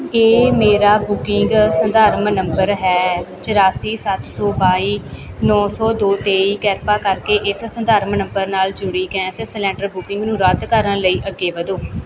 ਇਹ ਮੇਰਾ ਬੁਕਿੰਗ ਸੰਦਰਭ ਨੰਬਰ ਹੈ ਚੌਰਾਸੀ ਸੱਤ ਸੌ ਬਾਈ ਨੌਂ ਸੌ ਦੋ ਤੇਈ ਕਿਰਪਾ ਕਰਕੇ ਇਸ ਸੰਦਰਭ ਨੰਬਰ ਨਾਲ ਜੁੜੀ ਗੈਸ ਸਿਲੰਡਰ ਬੁਕਿੰਗ ਨੂੰ ਰੱਦ ਕਰਨ ਲਈ ਅੱਗੇ ਵਧੋ